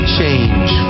change